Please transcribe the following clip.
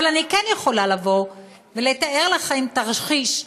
אבל אני כן יכולה לתאר לכם תרחיש,